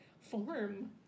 form